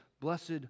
blessed